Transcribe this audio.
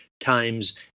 times